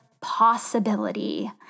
possibility